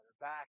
back